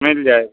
मिल जाएगा